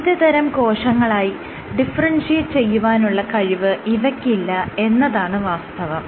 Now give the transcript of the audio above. വിവിധതരം കോശങ്ങളായി ഡിഫറെൻഷിയേറ്റ് ചെയ്യുവാനുള്ള കഴിവ് ഇവയ്ക്കില്ല എന്നതാണ് വാസ്തവം